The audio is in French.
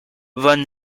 von